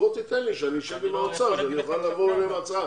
תן לי, שאשב עם האוצר ואוכל לבוא אליהם עם הצעה,